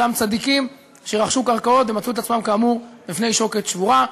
אותם צדיקים שרכשו קרקעות ומצאו את עצמם כאמור בפני שוקת שבורה.